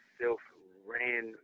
self-ran